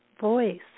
voice